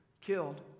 killed